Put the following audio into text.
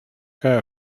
käe